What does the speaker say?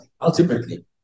ultimately